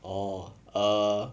orh err